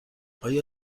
آیا